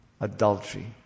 adultery